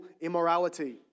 immorality